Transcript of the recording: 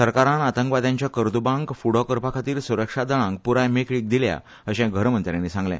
सरकारान आतंकवाद्यांच्या कर्तुबांक फुडो करपाखातीर सुरक्षा दळांक पुराय मेकळीक दिल्या असे घरमंत्रयांनी सांगले